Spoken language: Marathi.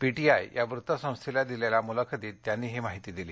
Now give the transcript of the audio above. पी टी आय या वृत्तसंस्थेला दिलेल्या मुलाखतीत त्यांनी ही माहिती दिली